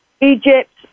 Egypt